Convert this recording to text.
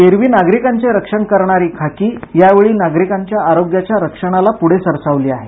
एरव्ही नागरिकांचे रक्षण करणारी खाकी यावेळी नागरिकांच्या आरोग्याच्या रक्षणाला पुढे सरसावली आहे